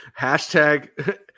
hashtag